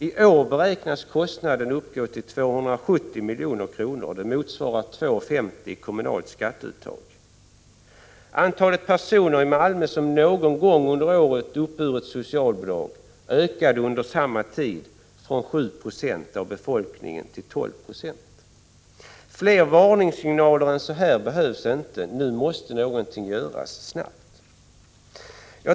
I år beräknas kostnaden till 270 milj.kr. Det motsvarar 2:50 kr. i kommunalt skatteuttag. Antalet personer i Malmö som någon gång under året uppburit socialbidrag ökade under samma tid från 7 9 till 12 96. Fler varningssignaler än de som här nämnts behövs inte. Nu måste någonting göras snabbt.